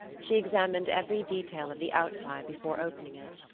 she examined every detail of the outside before opening it.